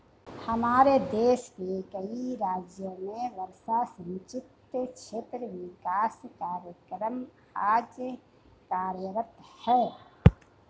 हमारे देश के कई राज्यों में वर्षा सिंचित क्षेत्र विकास कार्यक्रम आज कार्यरत है